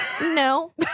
no